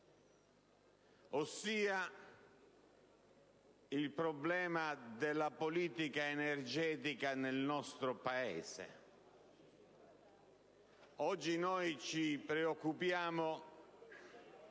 ossia il problema della politica energetica nel nostro Paese. Oggi noi ci preoccupiamo